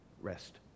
rest